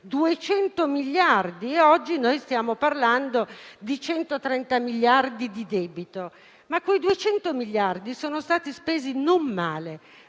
200 miliardi. Oggi noi stiamo parlando di 130 miliardi di debito, ma quei 200 miliardi sono stati spesi non male,